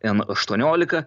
en aštuoniolika